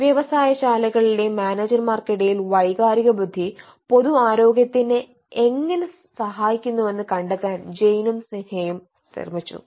വ്യവസായശാലകളിലെ മാനേജർമാർക്കിടയിൽ വൈകാരിക ബുദ്ധി പൊതു ആരോഗ്യത്തെ എങ്ങനെ സഹായിക്കുന്നെന്ന് കണ്ടെത്താൻ ജെയിനും സിഹ്നയും ശ്രമിച്ചു